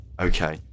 Okay